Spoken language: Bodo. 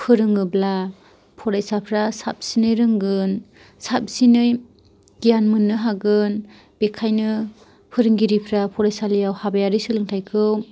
फोरोङोब्ला फरायसाफोरा साबसिनै रोंगोन साबसिनै गियान मोननो हागोन बेनिखायनो फोरोंगिरिफ्रा फरायसालियाव हाबायारि सोलोंथाइखौ